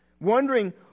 Wondering